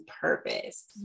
purpose